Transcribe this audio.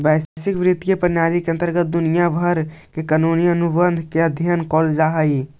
वैश्विक वित्तीय प्रणाली के अंतर्गत दुनिया भर के कानूनी अनुबंध के अध्ययन कैल जा हई